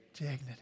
dignity